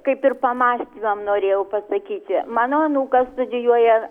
kaip ir pamąstymam norėjau pasakyti mano anūkas studijuoja